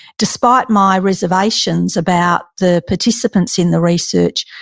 despite my reservations about the participants in the research,